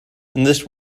this